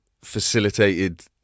facilitated